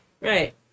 right